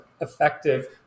effective